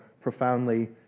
profoundly